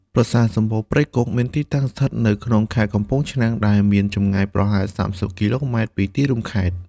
ប្រាសាទសំបូរព្រៃគុក មានទីតាំងស្ថិតនៅក្នុងខេត្តកំពង់ធំ ដែលមានចម្ងាយប្រហែល ៣០ គីឡូម៉ែត្រពីទីរួមខេត្ត។